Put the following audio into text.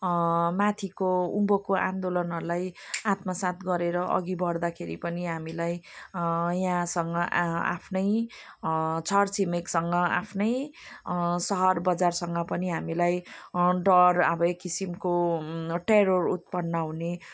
माथिको उँभोको आन्दोलनहरूलाई आत्मसात गरेर अघि बढ्दाखेरि पनि हामीलाई यहाँसँग आफ्नै छरछिमेकसँग आफ्नै सहरबजारसँग पनि हामीलई डर अब एक किसिमको टेरोर उत्पन्न हुने